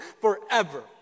forever